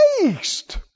waste